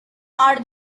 are